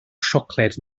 siocled